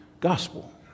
gospel